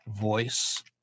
voice